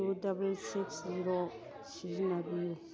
two double six zero ꯁꯤꯖꯤꯟꯅꯕꯤꯌꯨ